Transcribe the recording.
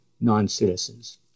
non-citizens